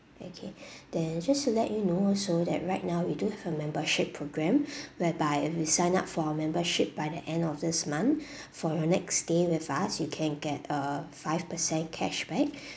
okay then just to let you know also that right now we do have a membership program whereby every sign up for our membership by the end of this month for your next day with us you can get a five percent cash back